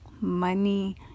money